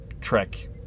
Trek